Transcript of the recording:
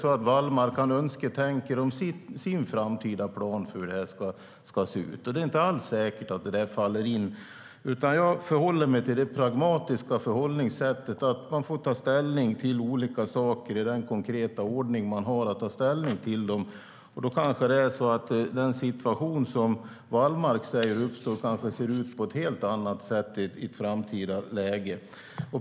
Wallmark önsketänker om sin framtida plan för hur det ska se ut. Det är inte alls säkert att den faller in. Jag förhåller mig till det på det pragmatiska sättet att man får ta ställning till olika saker i den konkreta ordning man har. Den situation som Wallmark tar upp kanske ser ut på ett helt annat sätt i ett framtida läge.